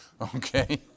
Okay